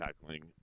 tackling